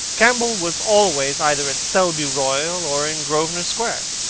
campbell was always either at selby royal or in grosvenor square.